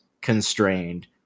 constrained